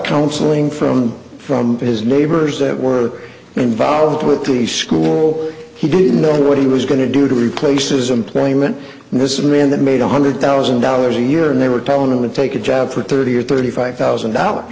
counseling from from his neighbors that were involved with the school he didn't know what he was going to do to be places employment and this is a man that made one hundred thousand dollars a year and they were telling them to take a job for thirty or thirty five thousand dollars